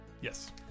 Yes